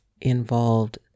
involved